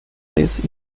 this